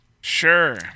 Sure